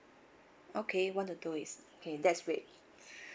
okay one to two weeks okay that's great